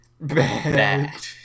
bad